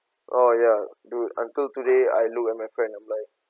oh ya dude until today I look at my friend I'm like